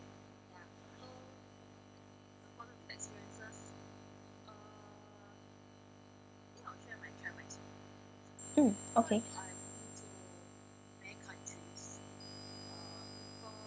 mm okay